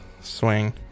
swing